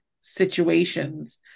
situations